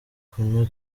kunywa